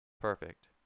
perfect